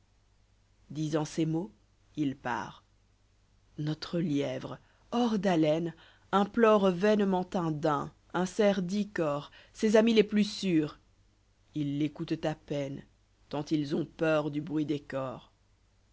disant ces mots il part notre lièvre hors d'haleine implore vainement un daim un cerf dix cors ses amis les plus sûrs ils l'écputent à peine tant ils ont peur du brait des cors